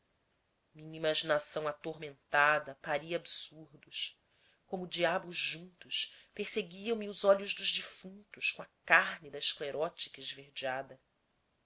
minha imaginação atormentada paria absurdos como diabos juntos perseguiam me os olhos dos defuntos com a carne da esclerótica esverdeada